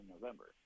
November